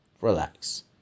Relax